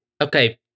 Okay